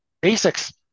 basics